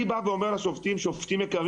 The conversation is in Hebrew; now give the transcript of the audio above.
אני בא ואומר לשופטים היקרים,